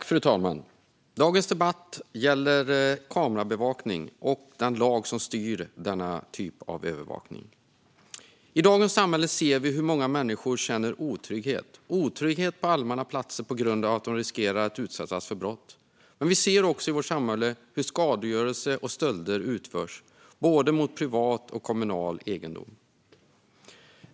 Fru talman! Dagens debatt gäller kamerabevakning och den lag som styr denna typ av övervakning. I dagens samhälle ser vi hur många människor känner otrygghet på allmänna platser på grund av att de riskerar att utsättas för brott. Men vi ser också hur skadegörelse och stölder utförs mot både privat och kommunal egendom.